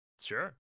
Sure